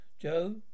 Joe